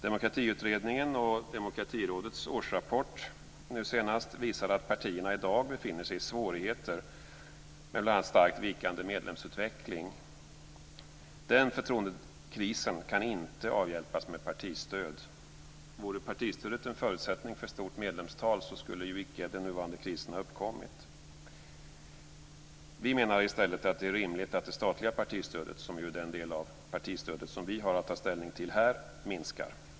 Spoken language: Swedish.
Demokratiutredningen och Demokratirådets årsrapport nu senast visar att partierna i dag befinner sig i svårigheter med bl.a. starkt vikande medlemsutveckling. Den förtroendekrisen kan inte avhjälpas med partistöd. Vore partistödet en förutsättning för högt medlemstal, skulle ju icke den nuvarande krisen ha uppkommit. Vi menar i stället att det är rimligt att det statliga partistödet, som ju är den del av partistödet som vi har att ta ställning till här, minskar.